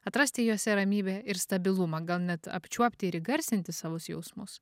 atrasti juose ramybę ir stabilumą gal net apčiuopti ir įgarsinti savus jausmus